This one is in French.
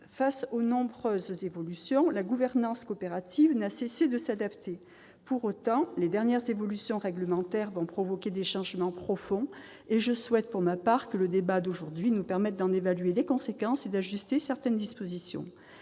Face aux nombreuses évolutions, la gouvernance coopérative n'a cessé de s'adapter. Mais les dernières évolutions règlementaires provoqueront des changements profonds. Je souhaite, pour ma part, que le débat de ce jour nous permette d'en évaluer les conséquences et d'ajuster certaines dispositions.